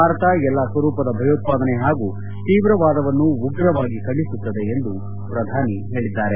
ಭಾರತ ಎಲ್ಲ ಸ್ವರೂಪದ ಭಯೋತ್ವಾದನೆ ಹಾಗೂ ತೀವ್ರವಾದವನ್ನು ಉಗ್ರವಾಗಿ ಖಂಡಿಸುತ್ತದೆ ಎಂದು ಪ್ರಧಾನಿ ಹೇಳಿದ್ದಾರೆ